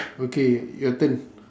okay your turn